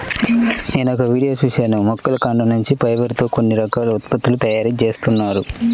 నేనొక వీడియో చూశాను మొక్కల కాండం నుంచి ఫైబర్ తో కొన్ని రకాల ఉత్పత్తుల తయారీ జేత్తన్నారు